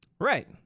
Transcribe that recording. Right